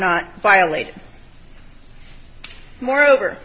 not violated moreover